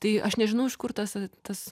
tai aš nežinau iš kur tas tas